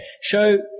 Show